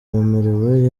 wemerewe